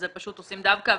פשוט עושים דווקא.